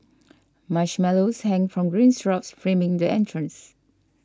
marshmallows hang from green shrubs framing the entrance